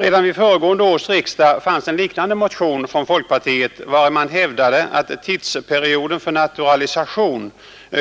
Redan vid föregående års riksdag fanns en liknande motion från folkpartiet, vari man hävdade att tidpunkten för naturalisation,